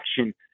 action